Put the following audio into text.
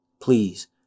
please